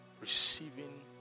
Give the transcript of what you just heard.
receiving